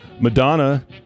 Madonna